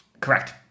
Correct